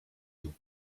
nous